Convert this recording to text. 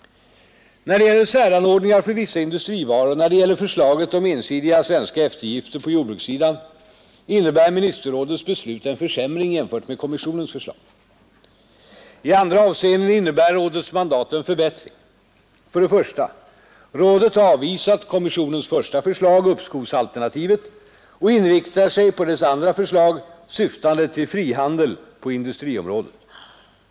När det gäller säranordningar för vissa industrivaror och när det gäller förslaget om ensidiga svenska eftergifter på jordbrukssidan innebär ministerrådets beslut en försämring jämfört med kommissionens förslag. I andra avseenden innebär rådets mandat en förbättring. För det första: Rådet har avvisat kommissionens första förslag — uppskovsalternativet — och inriktar sig på dess andra förslag syftande till frihandel på industriområdet.